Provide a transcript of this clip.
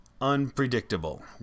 unpredictable